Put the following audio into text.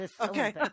Okay